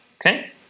okay